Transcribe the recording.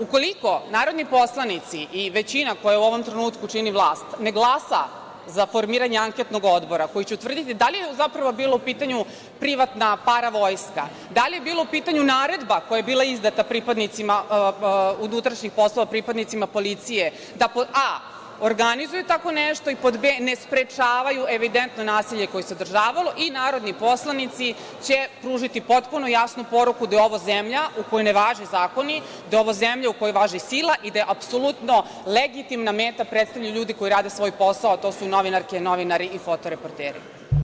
Ukoliko narodni poslanici i većina koja u ovom trenutku čini vlast, ne glasa za formiranje anketnog odbora, koji će utvrditi da li je zapravo bila u pitanju privatna paravojska, da li je bila u pitanju naredba koja je bila izdata pripadnicima unutrašnjih poslova, pripadnicima policije, da pod a) – organizuju tako nešto i pod b) – ne sprečavaju evidentno nasilje koje se održavalo, narodni poslanici će pružiti potpuno jasnu poruku da je ovo zemlja u kojoj ne važe zakoni, da je ovo zemlja u kojoj važi sila i da je apsolutno legitimna meta koju predstavljaju ljudi koji rade svoj posao, a to su novinarke, novinari i fotoreporteri.